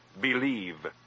believe